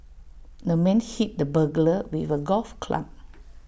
the man hit the burglar with A golf club